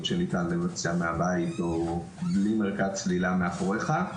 שניתן לבצע מהבית או בלי מרכז צלילה מאחוריך.